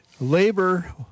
labor